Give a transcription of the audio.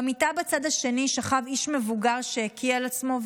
במיטה בצד השני שכב איש מבוגר שהקיא על עצמו,